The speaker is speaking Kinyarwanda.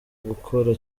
gukora